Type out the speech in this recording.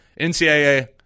NCAA